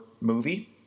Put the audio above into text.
movie